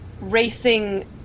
racing